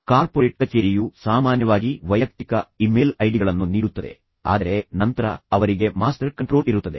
corporate ಕಚೇರಿಯು ಸಾಮಾನ್ಯವಾಗಿ ವೈಯಕ್ತಿಕ ಇಮೇಲ್ ಐಡಿಗಳನ್ನು ನೀಡುತ್ತದೆ ಆದರೆ ನಂತರ ಅವರಿಗೆ ಮಾಸ್ಟರ್ ಕಂಟ್ರೋಲ್ ಇರುತ್ತದೆ